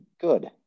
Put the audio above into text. good